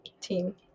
team